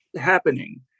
happening